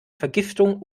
vergiftung